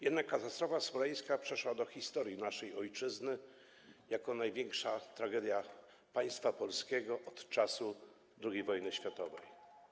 Jednak katastrofa smoleńska przeszła do historii naszej ojczyzny jako największa tragedia państwa polskiego od czasu II wojny światowej.